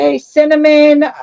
cinnamon